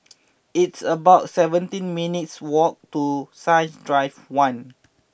it's about seventeen minutes' walk to Science Drive one